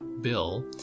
bill